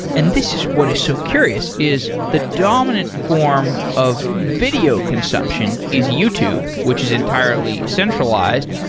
and this is what is so curious, is the dominant form of video consumption is youtube, which is entirely centralized.